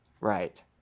right